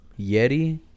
Yeti